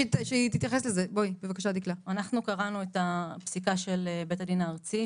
אנחנו קראנו את הפסיקה של בית הדין הארצי,